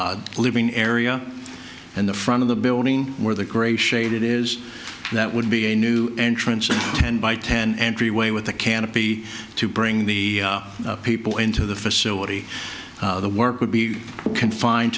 living area and the front of the building where the gray shade it is that would be a new entrance a ten by ten entryway with a canopy to bring the people into the facility the work would be confined